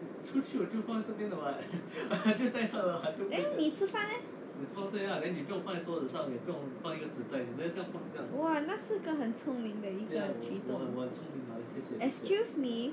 then 你吃饭 leh !wah! 那是个很非常聪明的一个举动 excuse me